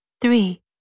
Three